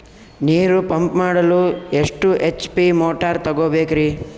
ನೀರು ಪಂಪ್ ಮಾಡಲು ಎಷ್ಟು ಎಚ್.ಪಿ ಮೋಟಾರ್ ತಗೊಬೇಕ್ರಿ?